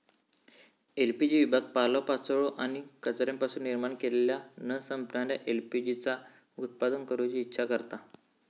LPG विभाग पालोपाचोळो आणि कचऱ्यापासून निर्माण केलेल्या न संपणाऱ्या एल.पी.जी चा उत्पादन करूची इच्छा करता